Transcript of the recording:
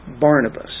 Barnabas